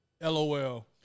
LOL